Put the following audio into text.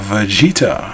Vegeta